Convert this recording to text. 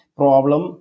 problem